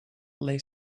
lay